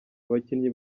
abakinnyi